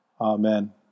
Amen